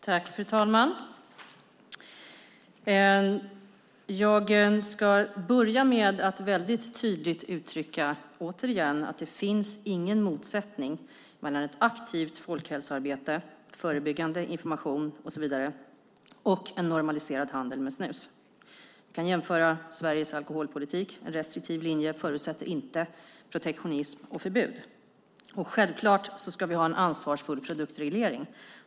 Fru talman! Jag ska börja med att väldigt tydligt återigen uttrycka att det inte finns någon motsättning mellan ett aktivt folkhälsoarbete med förebyggande arbete, information och så vidare och en normaliserad handel med snus. Vi kan jämföra med Sveriges alkoholpolitik. En restriktiv linje förutsätter inte protektionism och förbud. Vi ska självfallet ha en ansvarsfull produktreglering.